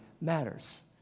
matters